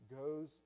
goes